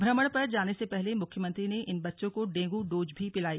भ्रमण पर जाने से पहले मुख्यमंत्री ने इन बच्चों को डेंग् डोज भी पिलाई